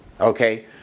Okay